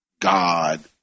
God